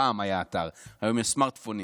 פעם היה אתר, היום יש סמרטפונים.